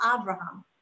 Abraham